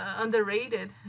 underrated